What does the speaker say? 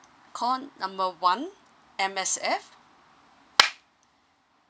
call number one M_S_F